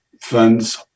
funds